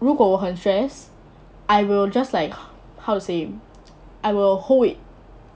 如果我很 stress I will just like how to say I will hold it